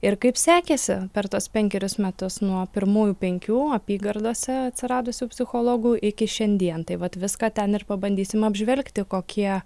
ir kaip sekėsi per tuos penkerius metus nuo pirmųjų penkių apygardose atsiradusių psichologų iki šiandien tai vat viską ten ir pabandysim apžvelgti kokie